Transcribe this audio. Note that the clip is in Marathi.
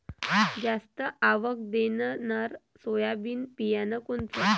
जास्त आवक देणनरं सोयाबीन बियानं कोनचं?